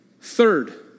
Third